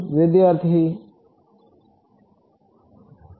વિદ્યાર્થી મુ